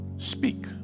speak